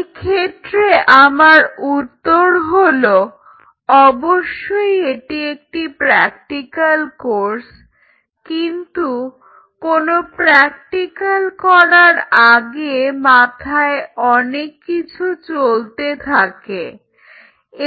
এক্ষেত্রে আমার উত্তর হলো অবশ্যই এটি একটি প্র্যাক্টিকাল কোর্স কিন্তু কোনো প্র্যাক্টিকাল করার আগে মাথায় অনেক কিছু চলতে থাকে